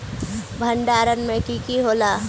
भण्डारण में की की होला?